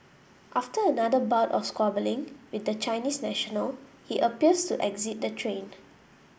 after another bout of squabbling with the Chinese national he appears to exit the train